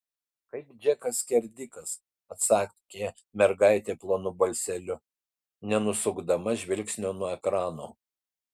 kaip džekas skerdikas atsakė mergaitė plonu balseliu nenusukdama žvilgsnio nuo ekrano